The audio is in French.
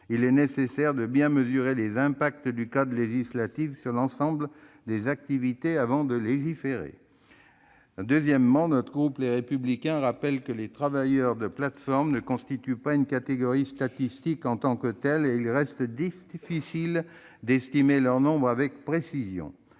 il est nécessaire de bien mesurer les impacts du cadre législatif sur l'ensemble des activités avant de légiférer. En deuxième lieu, les membres du groupe Les Républicains rappellent que les travailleurs des plateformes ne constituent pas une catégorie statistique en tant que telle et qu'il reste difficile d'estimer leur nombre avec précision.